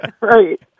Right